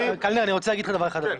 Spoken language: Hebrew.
קלנר אני רוצה להגיד לך דבר אחד,